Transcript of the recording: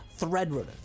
Threadrunner